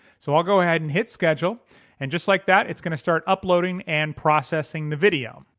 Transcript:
so i'll go ahead and hit schedule and just like that it's going to start uploading and processing the video.